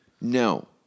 No